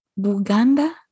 Buganda